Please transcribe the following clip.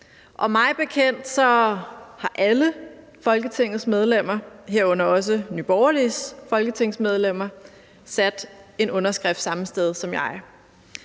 også Nye Borgerliges folketingsmedlemmer, sat en underskrift samme sted som jeg.